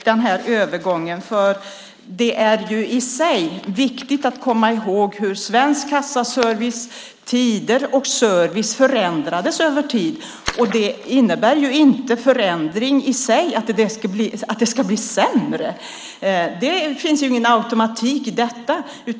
Det är viktigt att komma ihåg hur tider och service hos Svensk Kassaservice har förändrats över tid. Förändring innebär ju inte i sig att det ska bli sämre. Det finns ingen automatik i detta.